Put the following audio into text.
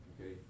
Okay